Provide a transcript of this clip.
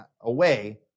away